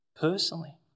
personally